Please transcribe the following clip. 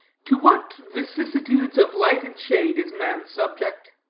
to what vicissitudes of light and shade is man subject!